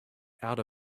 out